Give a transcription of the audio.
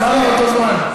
הזמן הוא אותו זמן.